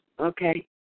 okay